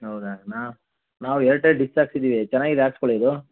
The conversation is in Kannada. ಹೌದಾ ನಾ ನಾವು ಏರ್ಟೆಲ್ ಡಿಶ್ ಹಾಕ್ಸಿದ್ದೀವಿ ಚೆನ್ನಾಗಿದೆ ಹಾಕ್ಸ್ಕೊಳ್ಳಿ ಇದು